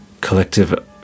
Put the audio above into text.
collective